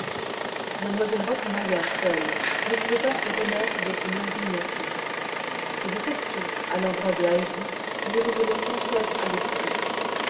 m elle rottenmeier seule ne pouvait pas se remettre de son indignation sa déception à l'endroit de heidi lui revenait sans cesse à l'esprit